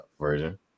version